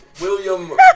William